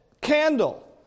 candle